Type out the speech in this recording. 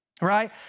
Right